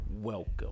welcome